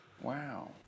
Wow